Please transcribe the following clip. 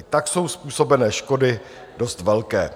I tak jsou způsobené škody dost velké.